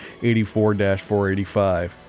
84-485